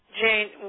Jane